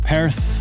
Perth